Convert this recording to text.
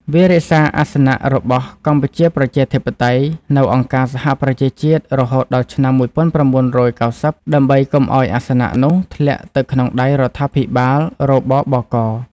វារក្សាអាសនៈរបស់ កម្ពុជាប្រជាធិបតេយ្យ នៅអង្គការសហប្រជាជាតិ រហូតដល់ឆ្នាំ ១៩៩០ ដើម្បីកុំឱ្យអាសនៈនោះធ្លាក់ទៅក្នុងដៃរដ្ឋាភិបាល រ.ប.ប.ក.។